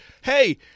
hey